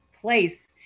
place